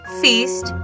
feast